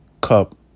cup